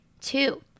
Two